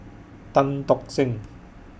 Tan Tock Seng